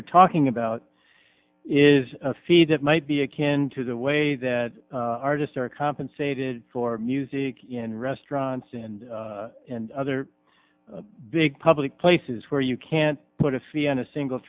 you're talking about is a fee that might be akin to the way that artists are compensated for music in restaurants and other big public places where you can't put a fee on a single